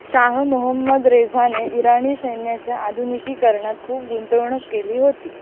Shah Mohammad रेझाने इराणी सैन्याच्या आधुनिकीकरणात खूप गुंतवणूक केली होती